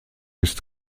ist